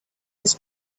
his